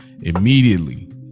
immediately